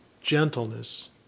gentleness